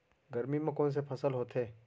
गरमी मा कोन से फसल होथे?